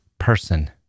person